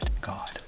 God